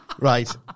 Right